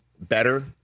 better